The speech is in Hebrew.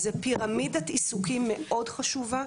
אז זאת פירמידת עיסוקים מאוד חשובה,